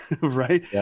right